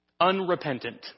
Unrepentant